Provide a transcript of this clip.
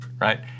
right